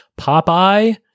Popeye